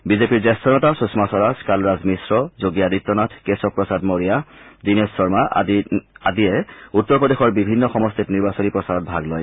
বিজেপিৰ জ্যেষ্ঠ নেতা সুষমা স্বৰাজ কালৰাজ মিশ্ৰ যোগী আদিত্য নাথ কেশৰ প্ৰসাদ মোৰিয়া দীনেশ শৰ্মা আদি নেতাই উত্তৰ প্ৰদেশৰ বিভিন্ন সমষ্টিত নিৰ্বাচনী প্ৰচাৰত ভাগ লয়